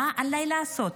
מה עליי לעשות?